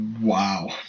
Wow